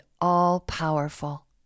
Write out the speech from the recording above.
all-powerful